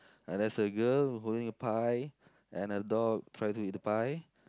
uh there's a girl holding a pie and a dog try to eat the pie